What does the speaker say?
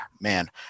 man